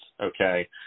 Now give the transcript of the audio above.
okay